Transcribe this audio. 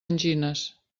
angines